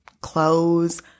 clothes